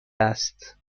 است